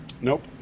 Nope